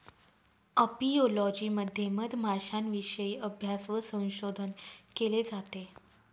apiology मध्ये मधमाश्यांविषयी अभ्यास व संशोधन केले जाते